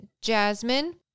Jasmine